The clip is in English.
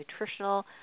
nutritional